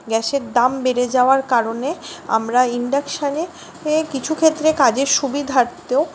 গ্যাসের দাম বেড়ে যাওয়ার কারণে আমরা ইন্ডাকশানে এ কিছু ক্ষেত্রে কাজের সুবিধার্থেও